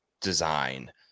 design